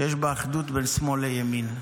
שיש בה אחדות בין שמאל לימין.